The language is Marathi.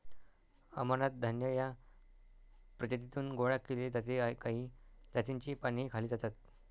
अमरनाथ धान्य या प्रजातीतून गोळा केले जाते काही जातींची पानेही खाल्ली जातात